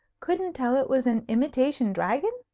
couldn't tell it was an imitation dragon?